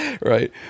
right